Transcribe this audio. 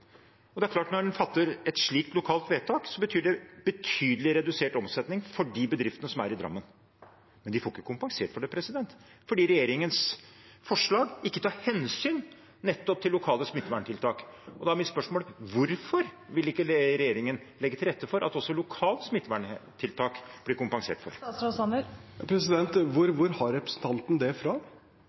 Det er klart at når en fatter et slikt lokalt vedtak, betyr det betydelig redusert omsetning for de bedriftene som er i Drammen. Men de får ikke kompensert for det fordi regjeringens forslag ikke tar hensyn til nettopp lokale smitteverntiltak. Da er mitt spørsmål: Hvorfor vil ikke regjeringen legge til rette for at også lokale smitteverntiltak blir kompensert for? Hvor har representanten det fra?